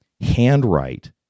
handwrite